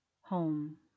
home